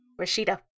Rashida